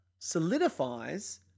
Solidifies